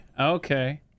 Okay